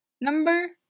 Number